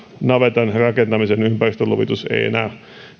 navetan rakentamisen ympäristöluvitus ei enää